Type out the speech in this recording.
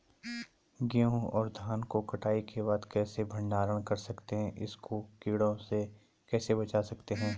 गेहूँ और धान को कटाई के बाद कैसे भंडारण कर सकते हैं इसको कीटों से कैसे बचा सकते हैं?